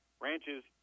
ranches